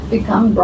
Become